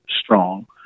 strong